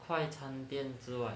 快餐店之外